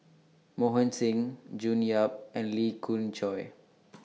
Mohan Singh June Yap and Lee Khoon Choy